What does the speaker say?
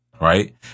Right